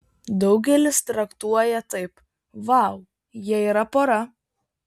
daugelis traktuoja taip vau jie yra pora